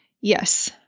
Yes